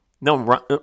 no